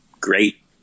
great